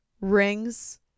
Rings